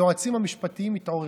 היועצים המשפטיים מתעוררים.